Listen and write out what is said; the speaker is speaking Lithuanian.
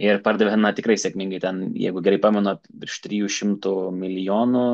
ir pardavė na tikrai sėkmingai ten jeigu gerai pamenu virš trijų šimtų milijonų